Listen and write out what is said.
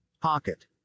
Pocket